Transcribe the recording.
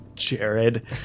Jared